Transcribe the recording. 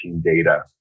data